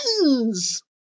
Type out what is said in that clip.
friends